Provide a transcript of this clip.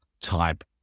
type